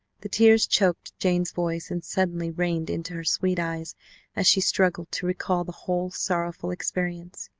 the tears choked jane's voice and suddenly rained into her sweet eyes as she struggled to recall the whole sorrowful experience.